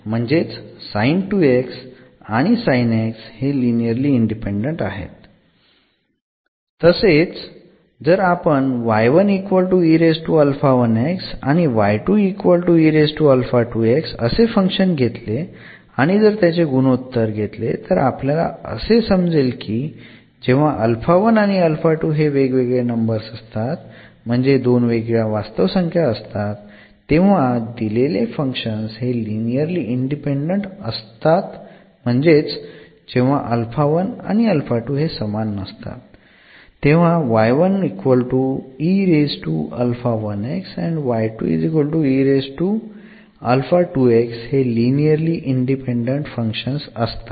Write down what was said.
म्हणजेच हे linearly independent आहेत तसेच जर आपण आणि असे फंक्शन घेतले आणि जर त्यांचे गुणोत्तर घेतले तर आपल्याला असे समजेल की जेव्हा आणि हे वेगवेगळे नंबर्स असतात म्हणजे दोन वेगळ्या वास्तव संख्या असतात तेव्हा दिलेले फंक्शन्स हे लिनिअरली इंडिपेंडंट असतात म्हणजेच जेव्हा आणि हे समान नसतात तेव्हा आणि हे लिनिअरली इंडिपेंडंट फंक्शन्स असतात